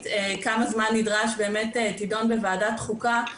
כמה זמן נדרש באמת תידון בוועדת החוקה,